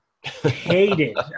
hated